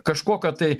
kažko kad tai